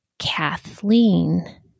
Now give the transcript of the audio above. Kathleen